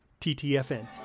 TTFN